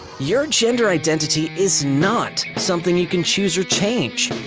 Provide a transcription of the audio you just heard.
your gender identity is not something you can choose or change.